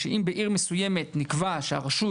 שאם בעיר מסויימת נקבע שהרשות